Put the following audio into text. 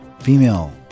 female